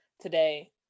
today